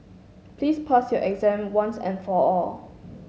please pass your exam once and for all